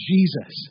Jesus